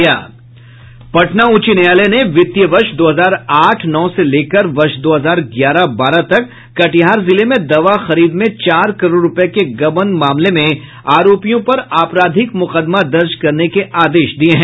पटना उच्च न्यायालय ने वित्तीय वर्ष दो हजार आठ नौ से लेकर वर्ष दो हजार ग्यारह बारह तक कटिहार जिले में दवा खरीद में चार करोड़ रुपए के गबन मामले में आरोपियों पर आपराधिक मुकदमा दर्ज करने के आदेश दिये हैं